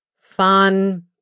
fun